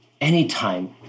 anytime